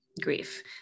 grief